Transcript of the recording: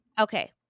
Okay